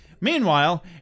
Meanwhile